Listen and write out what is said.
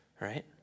right